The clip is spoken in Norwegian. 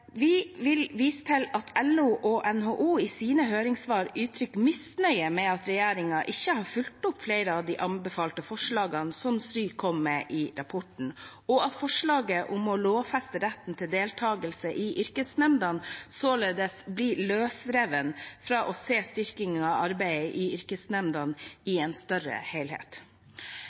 Vi vil vise til at LO og NHO i sine høringssvar uttrykker misnøye med at regjeringen ikke har fulgt opp flere av de anbefalte forslagene som SRY kom med i rapporten, og at forslaget om å lovfeste retten til deltakelse i yrkesopplæringsnemndene således blir løsrevet fra å se styrkingen av arbeidet i yrkesopplæringsnemndene i en større